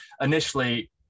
initially